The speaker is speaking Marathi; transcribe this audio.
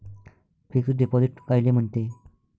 फिक्स डिपॉझिट कायले म्हनते?